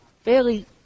fairly